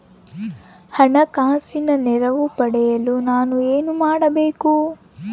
ಹಣಕಾಸಿನ ನೆರವು ಪಡೆಯಲು ನಾನು ಏನು ಮಾಡಬೇಕು?